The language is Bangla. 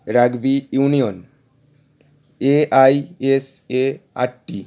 rugby union AIS ART